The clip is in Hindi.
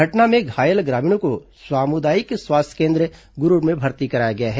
घटना में घायल ग्रामीणों को सामुदायिक केन्द्र गुरूर में भर्ती कराया गया है